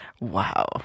Wow